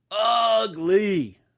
Ugly